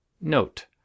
Note